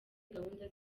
gahunda